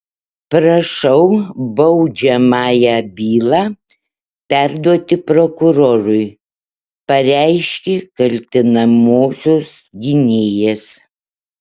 prašau baudžiamąją bylą perduoti prokurorui pareiškė kaltinamosios gynėjas